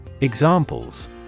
Examples